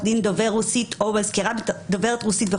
דין דובר רוסית או מזכירה דוברת רוסית.